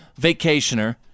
vacationer